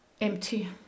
empty